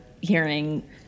hearing